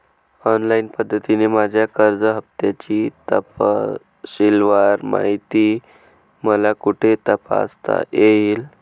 Online पद्धतीने माझ्या कर्ज हफ्त्याची तपशीलवार माहिती मला कुठे तपासता येईल?